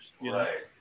Right